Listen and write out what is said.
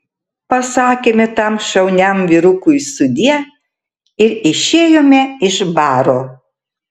pasakėme tam šauniam vyrukui sudie ir išėjome iš baro